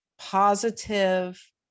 positive